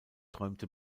träumte